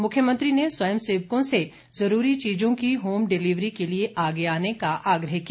मुख्यमंत्री ने स्वयंसेवकों से ज़रूरी चीज़ों की होम डिलीवरी के लिए आगे आने का आग्रह किया